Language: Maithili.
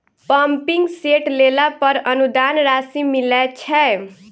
पम्पिंग सेट लेला पर अनुदान राशि मिलय छैय?